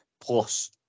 plus